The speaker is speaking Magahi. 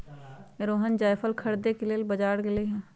रोहण जाएफल खरीदे के लेल बजार गेलई ह